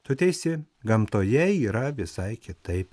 tu teisi gamtoje yra visai kitaip